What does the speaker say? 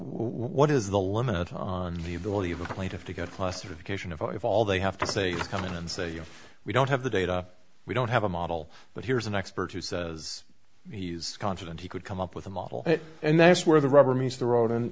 what is the limit on the ability of a plaintiff to get classification of all they have to say come in and say you know we don't have the data we don't have a model but here's an expert who says he's confident he could come up with a model and that's where the rubber meets the road and